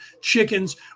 chickens